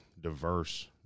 diverse